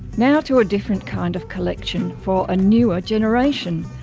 now to a different kind of collection for a newer generation.